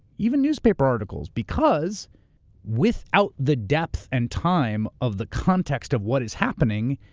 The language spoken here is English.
even newspaper articles because without the depth and time of the context of what is happening,